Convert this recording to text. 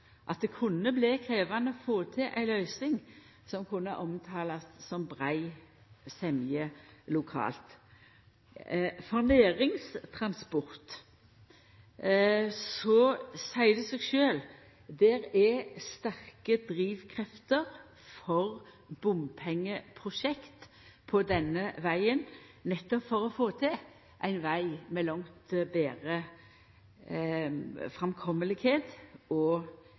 at det kunne bli krevjande å få til ei løysing som kunne omtalast som «brei semje lokalt». For næringstransport seier det seg sjølv at det er sterke drivkrefter for bompengeprosjekt på denne vegen, nettopp for å få til ein veg med langt betre framkomst og